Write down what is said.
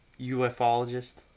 ufologist